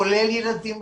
כולל ילדים,